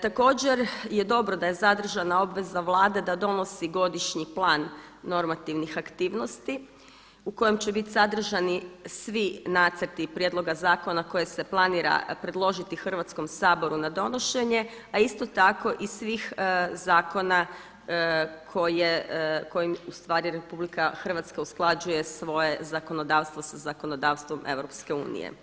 Također je dobro da je zadržana obveza Vlade da donosi godišnji plan normativnih aktivnosti u kojemu će biti sadržani svi nacrti prijedloga zakona koje se planira predložiti Hrvatskom saboru na donošenje a isto tako i svih zakona kojim ustvari RH usklađuje svoje zakonodavstvo sa zakonodavstvom EU.